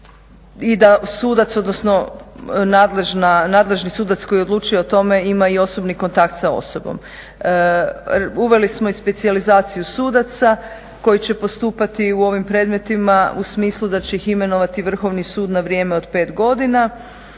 i da sudac, odnosno nadležni sudac koji odlučuje o tome ima i osobni kontakt sa osobom. Uveli smo i specijalizaciju sudaca koji će postupati u ovim predmetima u smislu da će ih imenovati Vrhovni sud na vrijeme od 5 godina.